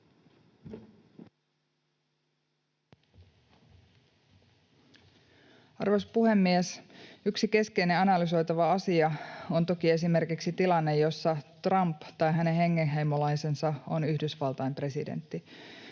Arvoisa puhemies! Yksi keskeinen analysoitava asia on toki esimerkiksi tilanne, jossa Trump tai hänen hengenheimolaisensa on Yhdysvaltain presidentti.